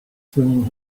swinging